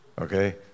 okay